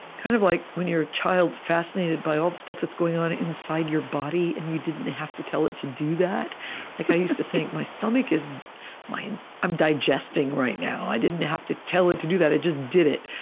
kind of like when you're a child, fascinated by all the stuff that's going on inside your body, and you didn't have to tell it to do that. like i used to think, my stomach is i'm digesting right now. i didn't have to tell it to do that. it just did it.